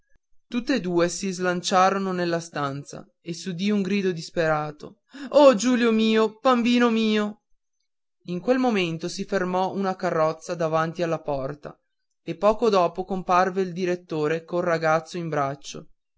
salvato tutt'e due si slanciarono nella stanza e s'udì un grido disperato oh giulio mio bambino mio in quel momento si fermò una carrozza davanti alla porta e poco dopo comparve il direttore col ragazzo in braccio